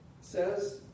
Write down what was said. says